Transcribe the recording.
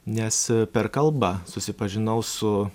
nes per kalbą susipažinau su